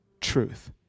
truth